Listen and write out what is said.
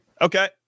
Okay